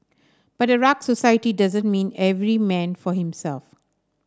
but a rugged society doesn't mean every man for himself